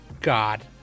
God